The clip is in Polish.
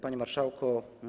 Panie Marszałku!